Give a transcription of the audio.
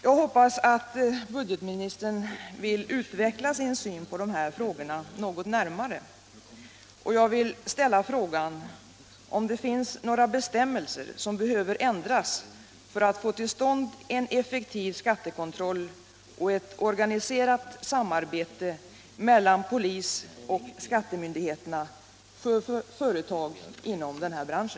Jag hoppas emellertid att budgetministern vill utveckla sin syn på de här frågorna något närmare, och jag vill ställa frågan om det finns några bestämmelser som behöver ändras för att få till stånd en effektiv skattekontroll och ett organiserat samarbete mellan polisoch skattemyndigheterna för företag inom denna bransch.